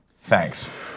Thanks